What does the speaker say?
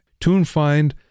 TuneFind